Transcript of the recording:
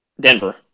Denver